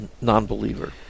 non-believer